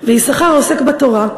"ויששכר עוסק בתורה,